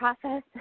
process